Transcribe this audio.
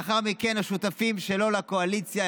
לאחר מכן השותפים שלו לקואליציה,